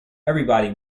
everybody